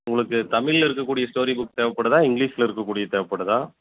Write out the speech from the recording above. உங்களுக்கு தமிழில் இருக்கக்கூடிய ஸ்டோரி புக்கு தேவைப்படுதா இங்க்லீஷில் இருக்கக்கூடியது தேவைப்படுதா